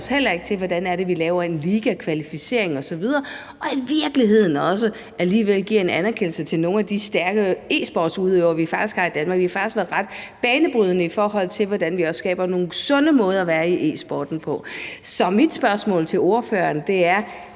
vi laver en ligakvalificering osv. Det handler i virkeligheden også om at give en anerkendelse til nogle af de stærke e-sportsudøvere, vi faktisk har i Danmark. Vi har faktisk været ret banebrydende, i forhold til hvordan vi skaber nogle sunde måder at være i e-sporten på. Så mit spørgsmål til ordføreren er: